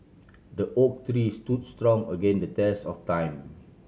the oak tree stood strong again the test of time